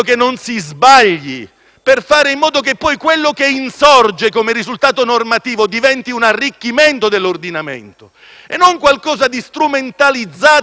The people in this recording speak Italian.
per fare in modo che poi quello che insorge come risultato normativo diventi un arricchimento dell'ordinamento, e non qualcosa di strumentalizzato da una parte.